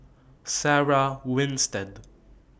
Sarah Winstedt